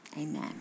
amen